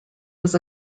was